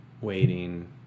waiting